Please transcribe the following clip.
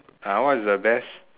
ah what's the best